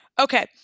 Okay